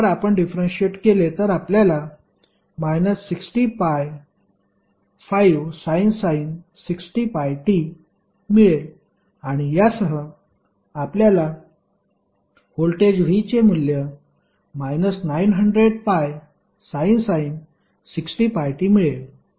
तर जर आपण डिफरेन्शिएट केले तर आपल्याला 60π5sin 60πt मिळेल आणि यासह आपल्याला व्होल्टेज v चे मूल्य 900πsin 60πt मिळेल